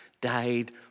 died